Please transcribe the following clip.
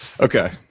Okay